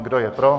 Kdo je pro?